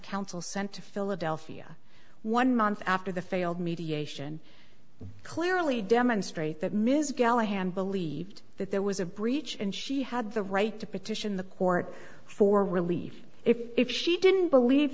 council sent to philadelphia one month after the failed mediation clearly demonstrate that ms geller hand believed that there was a breach and she had the right to petition the court for relief if she didn't believe